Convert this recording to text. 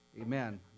Amen